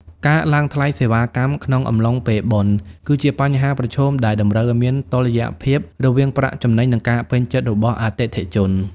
ការឡើងថ្លៃសេវាកម្មក្នុងអំឡុងពេលបុណ្យ គឺជាបញ្ហាប្រឈមដែលតម្រូវឱ្យមានតុល្យភាពរវាងប្រាក់ចំណេញ និងការពេញចិត្តរបស់អតិថិជន។